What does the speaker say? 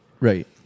right